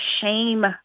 shame